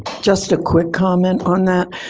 just a quick comment on that.